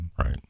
Right